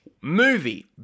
movie